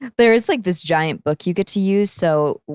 there is like this giant book you get to use. so,